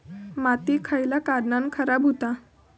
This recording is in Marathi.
माती खयल्या कारणान खराब हुता?